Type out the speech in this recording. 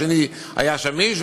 השני היה שמיש.